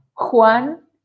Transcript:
Juan